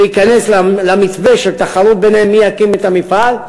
ולהיכנס למתווה של תחרות ביניהם מי יקים את המפעל.